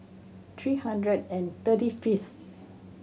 three hundred and thirty fifth